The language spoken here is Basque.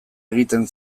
egiten